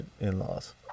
in-laws